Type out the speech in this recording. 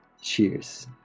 Cheers